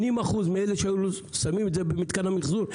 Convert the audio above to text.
80% מאלה שהיו שמים אותם במתקן המחזור,